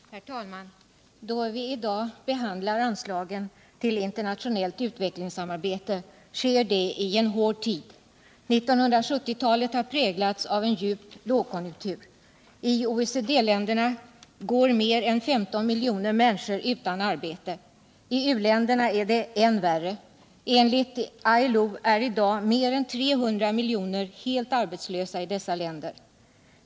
Herr talman! Då vi i dag behandlar anslagen till internationellt utvecklingssamarbete sker det i en hård tid. 1970-talet har präglats av en djup lågkonjunktur. I OECD-länderna går mer än 15 miljoner människor utan arbete. I u-länderna är det än värre. Enligt ILO är i dag mer än 300 miljoner människor i dessa länder helt arbetslösa.